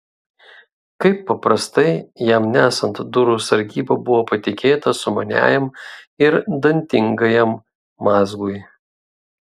kaip paprastai jam nesant durų sargyba buvo patikėta sumaniajam ir dantingajam mazgui